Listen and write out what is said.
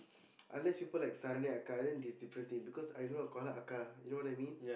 unless people like it's different thing because I do not call her you know what I mean